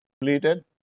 Completed